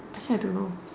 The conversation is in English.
actually I don't know